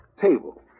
Table